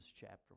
chapter